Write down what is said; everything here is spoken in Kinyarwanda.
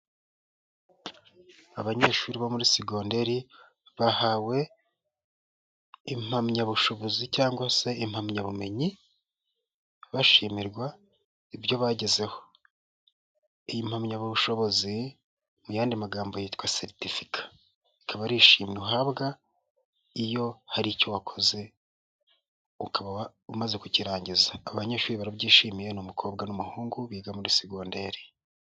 Abanyeshuri bo muri Segonderi bahawe impamyabushobozi cyangwa se impamyabumenyi bashimirwa ibyo bagezeho, iyi mpamyabushobozi mu yandi magambo yitwa seritifika, ikaba ari ishimwe uhabwa iyo hari icyo wakoze ukaba umaze kukirangiza, aba banyeshuri barabyishimiye ni umukobwa n'umuhungu biga muri Segonderi.